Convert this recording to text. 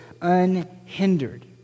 unhindered